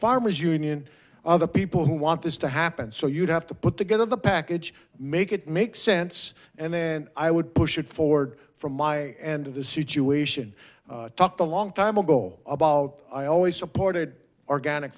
farmers union are the people who want this to happen so you'd have to put together the package make it make sense and then i would push it forward from my end of the situation talked a long time ago about i always supported organic